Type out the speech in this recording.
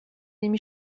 nimi